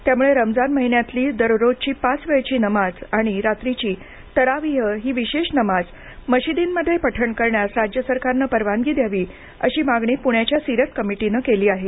त्याम्ळे रमजान महिन्यातील दररोजची पाच वेळेची नमाज आणि रात्रीची तरावीह ही विशेष नमाज मशिदींमध्ये पठण करण्यास राज्य सरकारने परवानगी द्यावी अशी मागणी पुण्याच्या सीरत कमिटीनं केली आहे